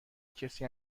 کسی